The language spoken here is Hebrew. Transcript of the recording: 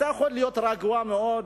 אתה יכול להיות רגוע מאוד,